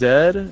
Dead